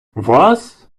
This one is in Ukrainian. вас